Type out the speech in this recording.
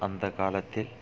அந்த காலத்தில்